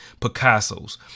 Picasso's